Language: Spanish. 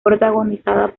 protagonizada